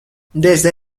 desde